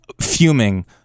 fuming